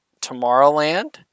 Tomorrowland